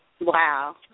Wow